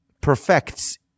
perfects